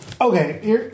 okay